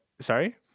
Sorry